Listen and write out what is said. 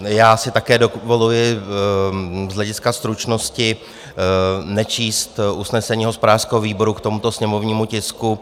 Já si také dovoluji z hlediska stručnosti nečíst usnesení hospodářského výboru k tomuto sněmovnímu tisku.